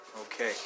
Okay